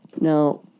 Now